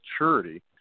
maturity